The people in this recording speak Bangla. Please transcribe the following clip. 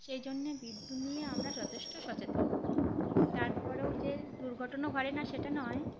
সেই জন্যে বিদ্যুৎ নিয়ে আমরা যথেষ্ট সচেতন তারপরেও যে দুর্ঘটনা ঘটে না সেটা নয়